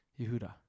Yehuda